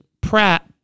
Pratt